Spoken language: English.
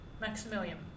Maximilian